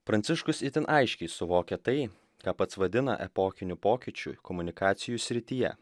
pranciškus itin aiškiai suvokia tai ką pats vadina epochiniu pokyčiu komunikacijų srityje